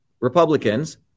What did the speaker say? Republicans